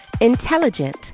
Intelligent